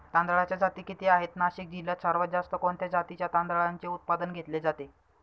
तांदळाच्या जाती किती आहेत, नाशिक जिल्ह्यात सर्वात जास्त कोणत्या जातीच्या तांदळाचे उत्पादन घेतले जाते?